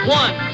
one